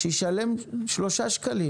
שישלם שלושה שקלים